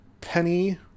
Penny